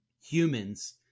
humans